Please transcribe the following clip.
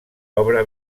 obra